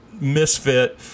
misfit